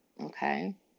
okay